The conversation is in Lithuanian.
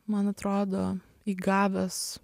man atrodo įgavęs